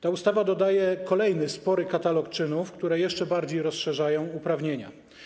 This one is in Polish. Ta ustawa dodaje kolejny spory katalog czynów, który jeszcze bardziej rozszerza te uprawnienia.